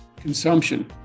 consumption